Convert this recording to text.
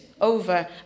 over